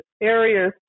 areas